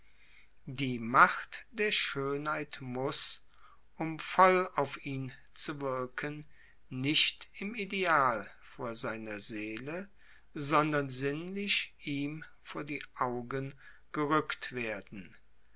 die macht der schoenheit muss um voll auf ihn zu wirken nicht im ideal vor seine seele sondern sinnlich ihm vor die augen gerueckt werden